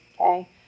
Okay